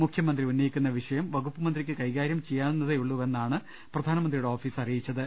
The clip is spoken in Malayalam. മുഖ്യമന്ത്രി ഉന്ന യിക്കുന്ന വിഷയം വകുപ്പുമന്ത്രിക്ക് കൈകാരൃം ചെയ്യാവുന്നതേയുള്ളൂവെ ന്നാണ് പ്രധാനമന്ത്രിയുടെ ഓഫീസ് അറിയിച്ചത്